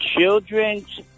Children's